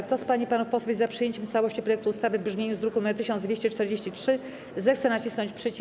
Kto z pań i panów posłów jest za przyjęciem w całości projektu ustawy w brzmieniu z druku nr 1243, zechce nacisnąć przycisk.